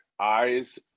eyes